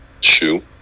Shoe